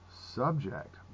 subject